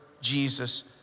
Jesus